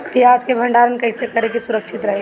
प्याज के भंडारण कइसे करी की सुरक्षित रही?